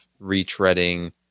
retreading